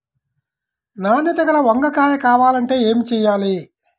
నాణ్యత గల వంగ కాయ కావాలంటే ఏమి చెయ్యాలి?